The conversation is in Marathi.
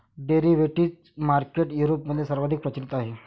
डेरिव्हेटिव्ह मार्केट युरोपमध्ये सर्वाधिक प्रचलित आहे